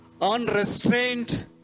unrestrained